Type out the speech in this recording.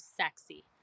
sexy